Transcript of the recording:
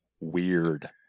Weird